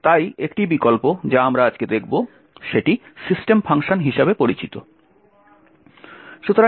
তাই একটি বিকল্প যা আমরা আজকে দেখব সেটি সিস্টেম ফাংশন হিসাবে পরিচিত